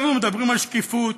אנחנו מדברים על שקיפות,